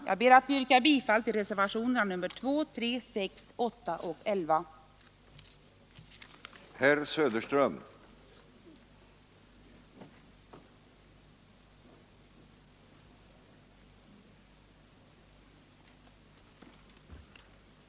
Jag ber att få yrka bifall till reservationerna 2 A, 3 A, 6 A och 11 A vid finansutskottets betänkande nr 25.